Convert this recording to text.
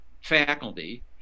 faculty